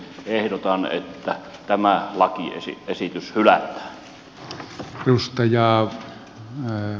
ehdotan että tämä lakiesitys hylätään